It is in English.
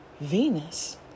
Venus